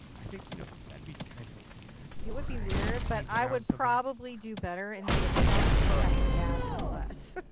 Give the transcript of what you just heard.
i think you know that would be kind of weird. it would be weird but i would probably do better in the dentist office and they'd have to gas me less.